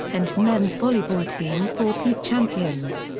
and men's volleyball team four peat champions.